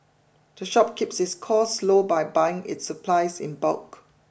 the shop keeps its costs low by buying its supplies in bulk